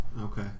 Okay